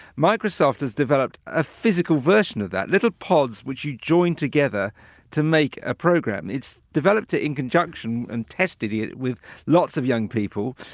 microsoft has developed a physical version of that little pods which you join together to make a program. it's developed it in conjunction and tested it with lots of young people,